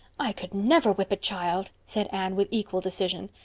i could never whip a child, said anne with equal decision.